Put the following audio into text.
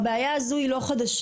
כלומר, הבעיה הזו היא לא חדשה.